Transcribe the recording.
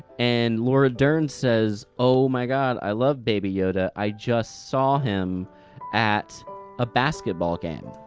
and laura dern says oh my god, i love baby yoda, i just saw him at a basketball game.